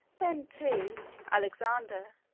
then, too, alexander,